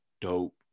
dope